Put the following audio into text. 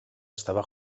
estaba